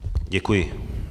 Děkuji.